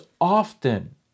often